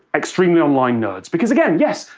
extremely-online nerds. because, again, yes,